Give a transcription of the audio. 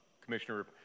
Commissioner